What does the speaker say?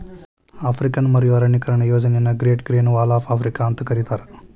African ಮರು ಅರಣ್ಯೇಕರಣ ಯೋಜನೆಯನ್ನ great green wall of Africa ಅಂತ ಕರೇತಾರ